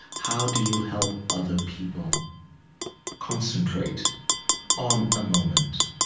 how do you help other people concentrate on a moment?